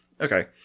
Okay